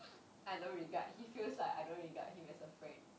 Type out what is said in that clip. I don't regard he feels like I don't regard him as a friend